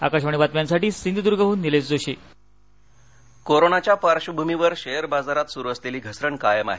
आकाशवाणी बातम्यांसाठी सिंधुदुर्गहून निलेशजोशी शेअर कोरोनाच्या पार्श्वभूमीवर शेअर बाजारात सुरू झालेली घसरण कायम आहे